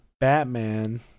Batman